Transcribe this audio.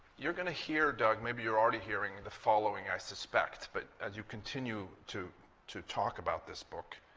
you're going to hear, doug, maybe you're already hearing the following, i suspect. but as you continue to to talk about this book,